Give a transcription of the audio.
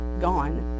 gone